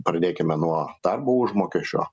pradėkime nuo darbo užmokesčio